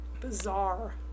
bizarre